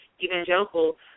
evangelical